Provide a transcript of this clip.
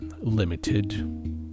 limited